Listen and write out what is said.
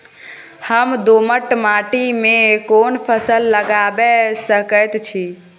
हम दोमट माटी में कोन फसल लगाबै सकेत छी?